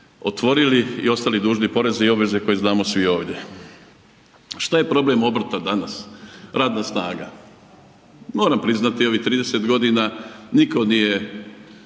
otvorili i ostali dužni poreze i obveze koje znamo svi ovdje. Što je problem obrta danas? Radna snaga. Moram priznati u ovih 30 godina nitko nije